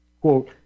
quote